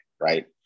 right